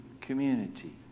community